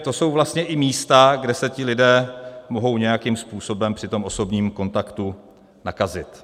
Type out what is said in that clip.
To jsou vlastně i místa, kde se ti lidé mohou nějakým způsobem při osobním kontaktu nakazit.